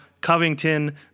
Covington